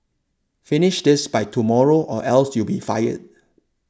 finish this by tomorrow or else you'll be fired